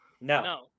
No